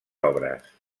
obres